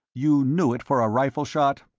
you knew it for a rifle shot?